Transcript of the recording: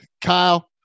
Kyle